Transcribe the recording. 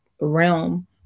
realm